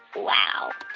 wow